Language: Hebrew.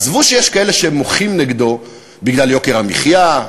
עזבו שיש כאלה שמוחים נגדו בגלל יוקר המחיה,